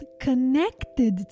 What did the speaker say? connected